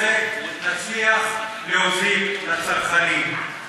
נצליח להוזיל לצרכנים.